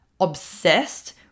obsessed